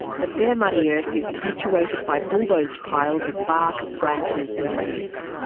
the bare muddy earth is punctuated by bulldozed piles of bark, branches and leaves.